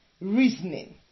reasoning